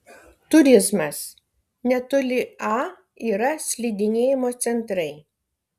turizmas netoli a yra slidinėjimo centrai